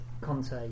Conte